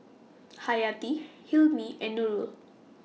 Haryati Hilmi and Nurul